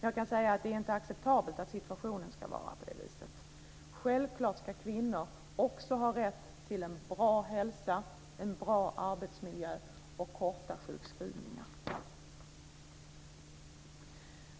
Jag kan dock säga att situationen inte är acceptabel. Självklart ska kvinnor också ha rätt till en bra hälsa, en bra arbetsmiljö och korta sjukskrivningar.